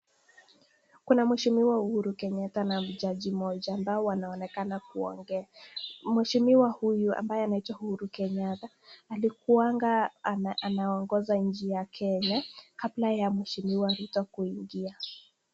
Kuna mheshimiwa Uhuru Kenyatta na jaji mmoja ambao wanaonekana kuongea, mheshimiwa huyu ambaye anaitwa Uhuru Kenyatta alikuwanga anaongoza nchi ya Kenya kabla ya mheshimiwa Ruto kuingia.